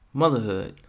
motherhood